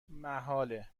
محاله